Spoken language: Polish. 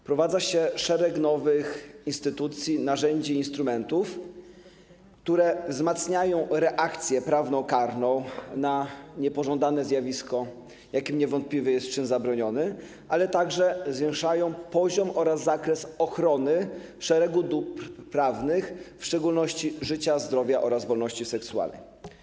Wprowadza się szereg nowych instytucji, narzędzi i instrumentów, które wzmacniają reakcję prawnokarna na niepożądane zjawisko, jakim niewątpliwie jest czyn zabroniony, ale także zwiększają poziom oraz zakres ochrony szeregu dóbr prawnych, w szczególności życia, zdrowia oraz wolności seksualnej.